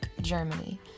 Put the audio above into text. Germany